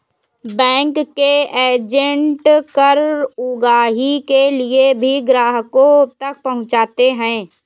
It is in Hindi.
बैंक के एजेंट कर उगाही के लिए भी ग्राहकों तक पहुंचते हैं